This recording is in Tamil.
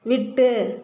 விட்டு